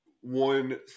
one